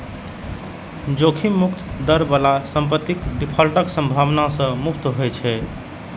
जोखिम मुक्त दर बला संपत्ति डिफॉल्टक संभावना सं मुक्त होइ छै